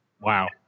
wow